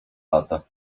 lata